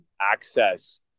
access